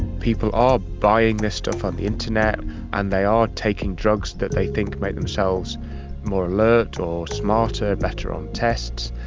people are buying this stuff on the internet and they are taking drugs that they think make themselves more alert or smarter, better on tests.